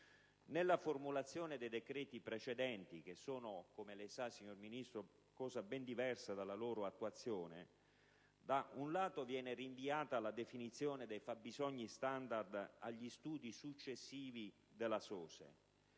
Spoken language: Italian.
Nella formulazione dei decreti precedenti, che sono, come lei sa, signor Ministro, cosa ben diversa dalla loro attuazione, da un lato viene rinviata la definizione dei fabbisogni *standard* agli studi successivi della SOSE